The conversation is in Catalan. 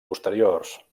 posteriors